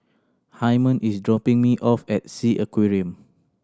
Hymen is dropping me off at Sea Aquarium